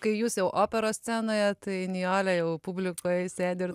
kai jūs jau operos scenoje tai nijolė jau publikoj sėdi ir